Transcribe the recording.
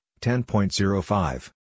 10.05